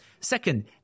Second